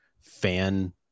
fan